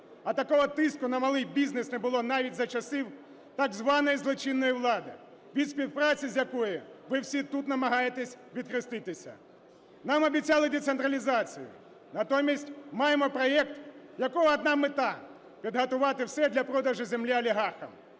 а такого тиску на малий бізнес не було навіть за часів так званої "злочинної влади", від співпраці з якою ви всі тут намагаєтесь відхреститися. Нам обіцяли децентралізацію. Натомість маємо проект, у якого одна мета: підготувати все для продажу землі олігархам.